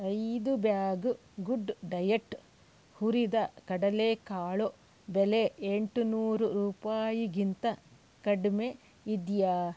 ಐದು bag good diet ಹುರಿದ ಕಡಲೇಕಾಳು ಬೆಲೆ ಎಂಟು ನೂರು ರೂಪಾಯಿಗಿಂತ ಕಡಿಮೆ ಇದೆಯೇ